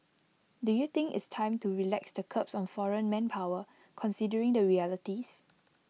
do you think it's time to relax the curbs on foreign manpower considering the realities